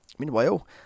Meanwhile